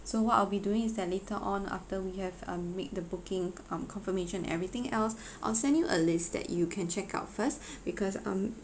so what I'll be doing is that later on after we have uh make the booking um confirmation and everything else I'll send you a list that you can check out first because um